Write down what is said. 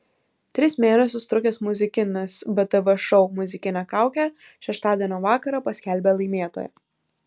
tris mėnesius trukęs muzikinis btv šou muzikinė kaukė šeštadienio vakarą paskelbė laimėtoją